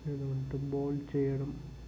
బోల్డ్ చెయ్యడం